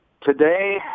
Today